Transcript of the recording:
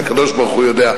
הקדוש-ברוך-הוא יודע.